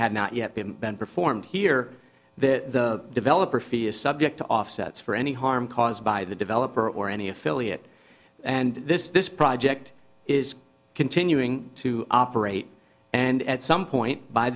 had not yet been performed here that the developer fee is subject to offsets for any harm caused by the developer or any affiliate and this this project is continuing to operate and at some point by